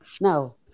Now